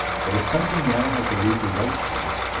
but if something now has a legal right to us,